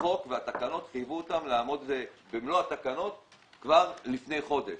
שהחוק והתקנות חייבו אותם לעמוד בזה כבר לפני חודש.